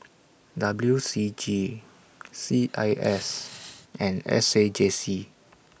W C G C I S and S A J C